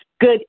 Good